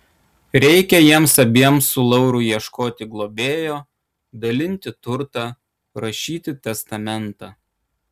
reikia jiems abiems su lauru ieškoti globėjo dalinti turtą rašyti testamentą